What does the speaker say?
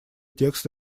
текст